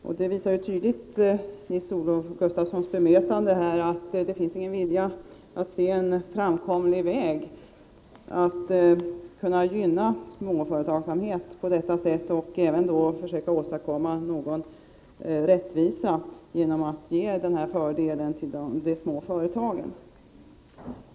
Nils-Olof Gustafssons bemötande på den punkten visar tydligt att det inte finns någon vilja att försöka finna en framkomlig väg för att gynna småföretagsamheten på detta sätt eller att åstadkomma rättvisa genom att ge denna fördel till de små företagen.